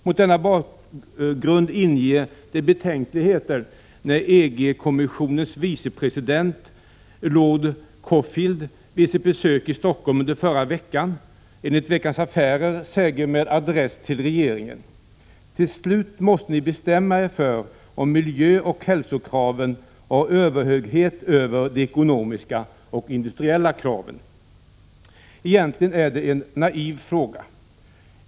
Mot denna bakgrund inger det betänkligheter när EG-kommissionens vicepresident Lord Cockfield vid sitt besök i Stockholm under förra veckan — enligt Veckans Affärer — säger med adress till regeringen: ”Till slut måste Ni bestämma Er för om miljöoch hälsokraven har överhöghet över de ekonomiska och industriella kraven.” Egentligen är det en naiv fråga.